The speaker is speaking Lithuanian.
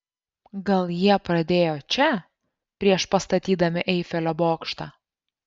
gal jie pradėjo čia prieš pastatydami eifelio bokštą